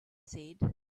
said